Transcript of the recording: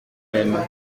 même